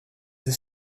the